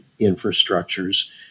infrastructures